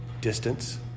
distance